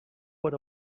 what